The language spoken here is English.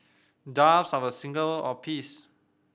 doves are a symbol of peace